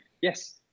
yes